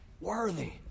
worthy